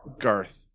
Garth